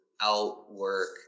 outwork